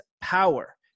Power